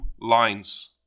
lines